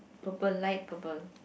purple light purple